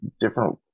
different